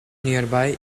nearby